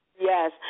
Yes